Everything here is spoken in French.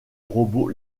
robots